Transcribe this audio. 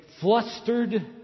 flustered